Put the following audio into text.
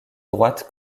droite